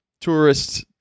tourists